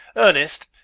ernest,